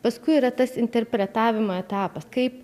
paskui yra tas interpretavimo etapas kaip